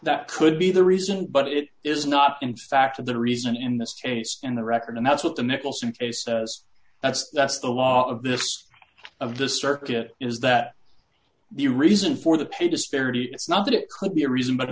that could be the reason but it is not in fact of the reason in this case and the record and that's what the nicholson case says that's that's the law of this of the circuit is that the reason for the pay disparity is not that it could be a reason but